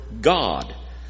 God